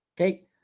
Okay